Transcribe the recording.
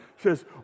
says